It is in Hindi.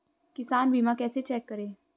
किसान बीमा कैसे चेक करें?